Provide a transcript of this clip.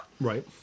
Right